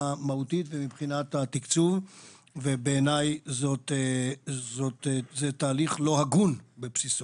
מהותית ומבחינת תקצוב ובעיני זה תהליך לא הגון בבסיסו.